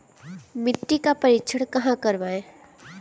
मिट्टी का परीक्षण कहाँ करवाएँ?